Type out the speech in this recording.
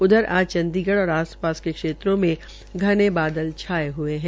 उधर आज आज चंडीगढ़ और आप पास के क्षेत्रों में घने बादल छाये हये है